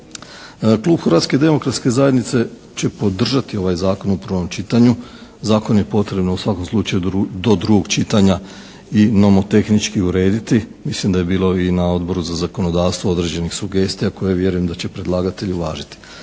Klub Hrvatske demokratske zajednice će podržati ovaj zakon u prvom čitanju. Zakon je potrebno u svakom slučaju do drugog čitanja i nomotehnički urediti, mislim da je bilo i na Odboru za zakonodavstvo određenih sugestija koje vjerujem da će predlagatelj uvažiti.